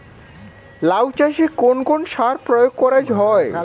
লাউ চাষে কোন কোন সার প্রয়োগ করা হয়?